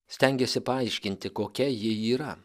stengėsi paaiškinti kokia ji yra